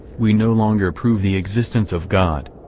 we no longer prove the existence of god.